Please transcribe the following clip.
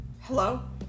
Hello